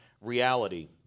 reality